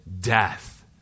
death